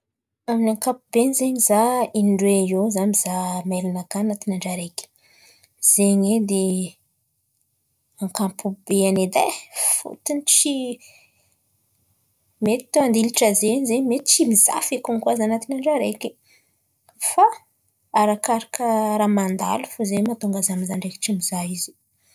Amin'ny ankapobeany zen̈y izaho indroe eo mizàha maili-nakà anatiny andra araiky. Zen̈y edy ankapobeany edy e fôtony tsy mety andilatra zen̈y zen̈y mety tsy mizàha fekiny koà izaho anatiny andra araiky. Fa arakaraka ràha mandalo fo zen̈y mahatônga izaho mizàha ndraiky tsy mizàha io zen̈y.